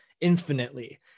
infinitely